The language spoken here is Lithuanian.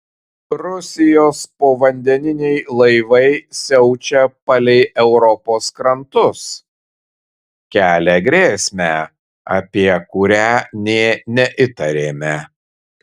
rusijos povandeniniai laivai siaučia palei europos krantus kelia grėsmę apie kurią nė neįtarėme